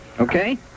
Okay